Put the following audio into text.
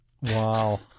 Wow